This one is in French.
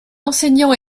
enseignant